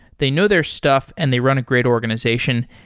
they know their stuff and they run a great organization.